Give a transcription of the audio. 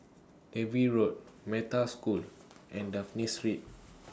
Dalvey Road Metta School and Dafne Street